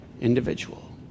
individual